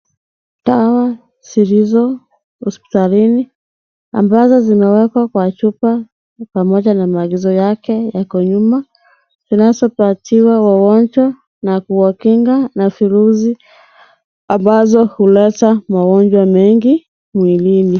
Dawa zilizo hospitalini ambazo zimewekwa kwa chupa pamoja na maagizo yake yako nyuma, zinazopatiwa wagonjwa na kuwakinga na virusi ambazo huleta magonjwa mengi mwilini.